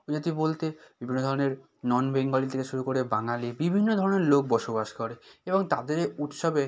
উপজাতি বলতে বিভিন্ন ধরনের নন বেঙ্গলি থেকে শুরু করে বাঙালি বিভিন্ন ধরনের লোক বসবাস করে এবং তাদের উৎসবে